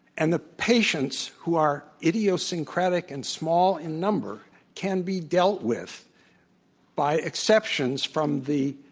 and the patients who are idiosyncratic and small in number can be dealt with by exceptions from the